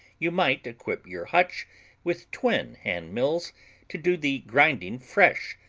you might equip your hutch with twin hand-mills to do the grinding fresh,